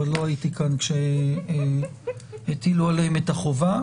אבל לא הייתי כאן כשהטילו עליהם את החובה.